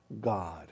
God